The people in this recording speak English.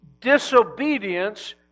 disobedience